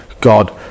God